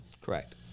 Correct